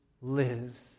Liz